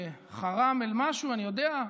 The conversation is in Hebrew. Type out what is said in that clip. חרם אל משהו, אני יודע?